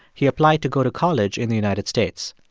he applied to go to college in the united states.